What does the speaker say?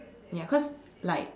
ya cause like